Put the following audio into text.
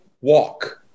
walk